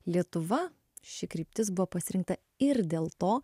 lietuva ši kryptis buvo pasirinkta ir dėl to